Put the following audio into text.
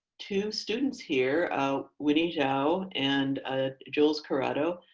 two students here winnie zhao and jules corrado.